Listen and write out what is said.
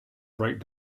bright